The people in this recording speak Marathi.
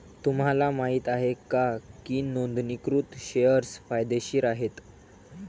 तुम्हाला माहित आहे का की नोंदणीकृत शेअर्स फायदेशीर आहेत?